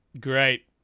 great